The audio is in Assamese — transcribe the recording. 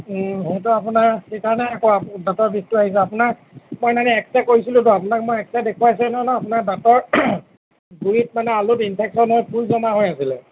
সেইটো আপোনাৰ সেইকাৰণে দাঁতৰ বিষটো আহিছে কেইদিন খালে